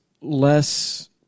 less